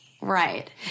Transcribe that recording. Right